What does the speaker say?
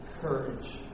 courage